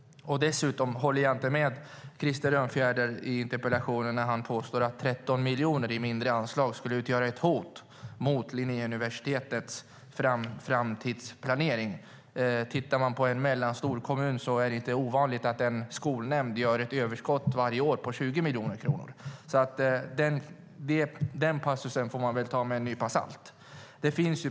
Jag håller inte med Krister Örnfjäder när han i interpellationen påstår att 13 miljoner i mindre anslag skulle utgöra ett hot mot Linnéuniversitetets framtidsplanering. Det är inte ovanligt att en skolnämnd i en mellanstor kommun gör ett överskott på 20 miljoner kronor varje år. Den passusen får man alltså ta med en nypa salt.